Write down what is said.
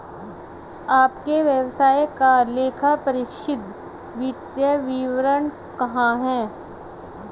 आपके व्यवसाय का लेखापरीक्षित वित्तीय विवरण कहाँ है?